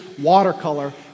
watercolor